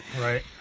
right